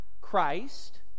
Christ